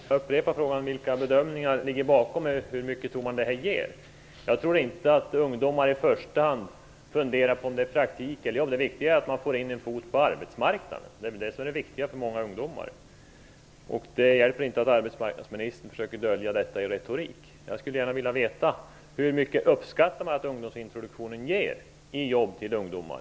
Fru talman! Jag upprepar min fråga: Vilka bedömningar ligger bakom detta, och hur mycket tror man att det ger? Jag tror inte att ungdomar i första hand funderar på om det är praktik. Det viktiga är att man får in en fot på arbetsmarknaden. Det är det som är det viktiga för många ungdomar, och det hjälper inte att arbetsmarknadsministern försöker att dölja detta i retorik. Jag skulle gärna vilja veta: Hur mycket uppskattar man att ungdomsintroduktionen ger i jobb till ungdomar?